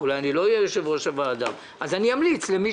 אולי לא אהיה יושב-ראש הוועדה ואז אמליץ למי